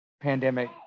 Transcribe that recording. pandemic